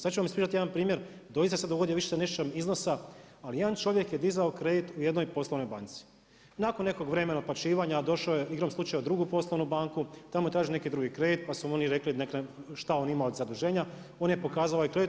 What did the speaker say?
Sada ću vam ispričati jedan primjer, doista se dogodio više se ne sjećam iznosa, ali jedan čovjek je dizao kredit u jednoj poslovnoj banci, nakon nekog vremena otplaćivanja došao je igrom slučaja u drugu poslovnu banku, tamo je tražio neki drugi kredit pa su mu oni rekli šta on ima od zaduženja, on je pokazao ovaj redit.